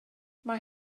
mae